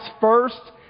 first